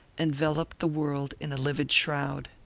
enveloped the world in a livid shroud.